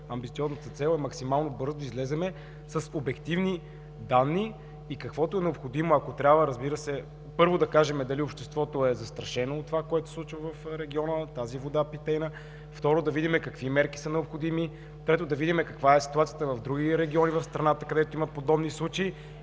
Амбициозната цел е максимално бързо да излезем с обективни данни и каквото е необходимо, ако трябва, разбира се, първо да кажем дали обществото е застрашено от това, което се случва в региона, тази питейна вода. Второ, да видим какви мерки са необходими. Трето, да видим каква е ситуацията в други региони в страната, където има подобни случаи,